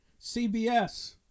CBS